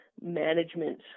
management